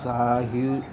साह